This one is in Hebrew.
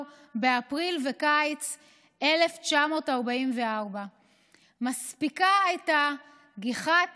באפריל וקיץ 1944. מספיקה הייתה גיחת